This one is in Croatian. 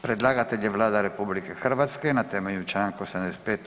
Predlagatelj je Vlada RH na temelju čl. 85.